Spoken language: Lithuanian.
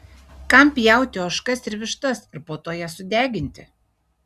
kam pjauti ožkas ir vištas ir po to jas sudeginti